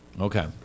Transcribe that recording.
okay